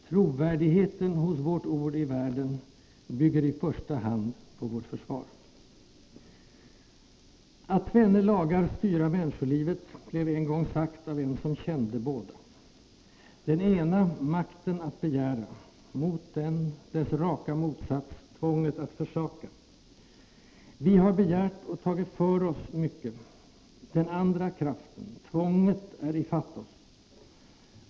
Trovärdigheten hos vårt ord i världen bygger i första hand på vårt försvar. Att tvenne lagar styra mänskolivet blev en gång sagt av en som kände båda. Den ena: makten att begära. — Mot den dess raka motsats: tvånget att försaka. Vi har begärt och tagit för oss mycket. Den andra kraften — tvånget — är ifatt oss.